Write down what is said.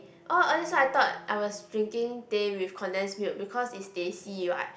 orh all this while I thought I was drinking teh with condensed milk because it is teh C what